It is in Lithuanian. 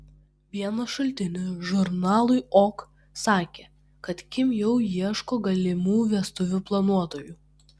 vienas šaltinis žurnalui ok sakė kad kim jau ieško galimų vestuvių planuotojų